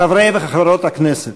חברי וחברות הכנסת,